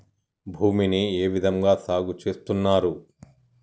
భూమిని ఏ విధంగా సాగు చేస్తున్నారు?